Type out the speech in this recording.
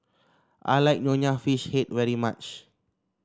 I like Nonya Fish Head very much